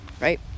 right